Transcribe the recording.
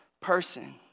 Person